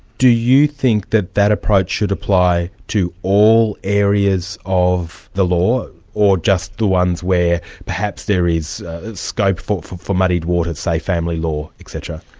do you think that that approach should apply to all areas of the law, or just the ones where perhaps there is scope for for muddied waters, say family law, et cetera?